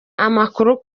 amakuru